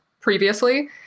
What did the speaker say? previously –